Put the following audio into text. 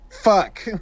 fuck